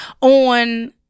On